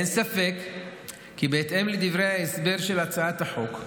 אין ספק כי בהתאם לדברי ההסבר של הצעת החוק,